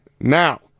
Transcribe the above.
Now